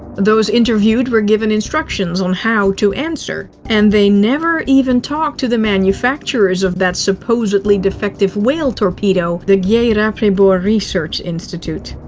those interviewed were given instructions on how to answer. and they never even talked to the manufacturers of that supposedly defective whale torpedo the gidropribor research institute.